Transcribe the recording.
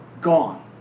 gone